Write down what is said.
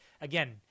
Again